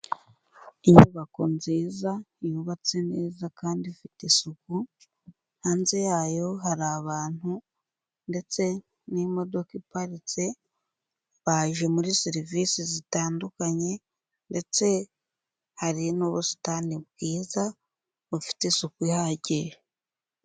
Inyubako nziza yubatse neza kandi ifite isuku, hanze yayo hari abantu ndetse n'imodoka iparitse, baje muri serivise zitandukanye ndetse hari n'ubusitani bwiza bufite isuku ihagije.